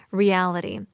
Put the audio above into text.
reality